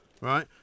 right